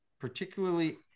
particularly